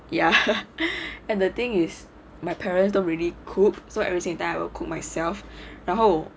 ya and the thing is my parents don't really cook so everything that I will cook myself 然后